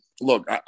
look